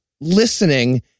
listening